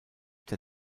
der